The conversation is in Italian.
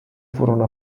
furono